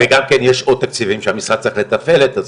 וגם כן יש עוד תקציבים שהמשרד צריך לתפעל את עצמו,